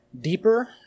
deeper